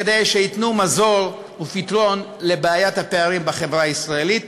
כדי שייתנו מזור ופתרון לבעיית הפערים בחברה הישראלית.